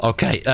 Okay